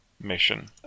mission